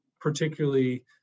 particularly